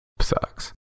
sucks